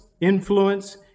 influence